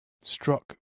Struck